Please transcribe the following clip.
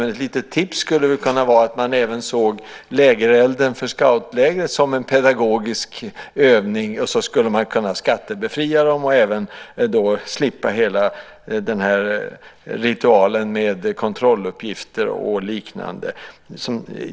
Men ett litet tips skulle kunna vara att man även såg lägerelden för scoutlägret som en pedagogisk övning. Då skulle man kunna skattebefria den och även slippa hela ritualen med kontrolluppgifter och liknande.